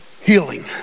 Healing